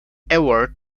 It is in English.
award